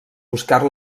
buscar